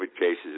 cases